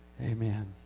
Amen